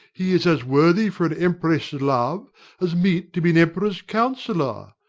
he is as worthy for an empress' love as meet to be an emperor's counsellor.